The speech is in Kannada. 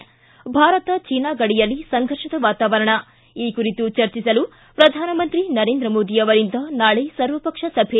ಭಾರತ ಚೀನಾ ಗಡಿಯಲ್ಲಿ ಸಂಘರ್ಷದ ವಾತಾವರಣ ಈ ಕುರಿತು ಚರ್ಚಿಸಲು ಪ್ರಧಾನಮಂತ್ರಿ ನರೇಂದ್ರ ಮೋದಿ ಅವರಿಂದ ನಾಳೆ ಸರ್ವಪಕ್ಷ ಸಭೆ